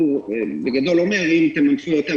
הוא בגדול אומר: אם אתם ממנפים יותר,